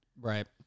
Right